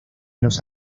los